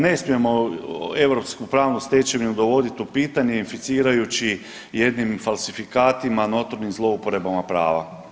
Ne smijemo europsku pravnu stečevinu dovoditi u pitanje, inficirajući jednim falsifikatima notornim zlouporabama prava.